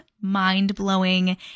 mind-blowing